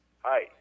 Hi